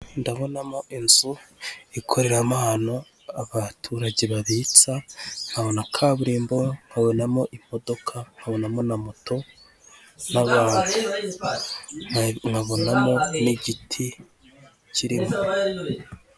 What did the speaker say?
Ndabonamo inzu ikoreramo ahantu abaturage babitsa, nkabona kaburimbo, nkabonamo imodoka nkabonamo na moto z'abantu, nkababonamo n'igiti kirimo.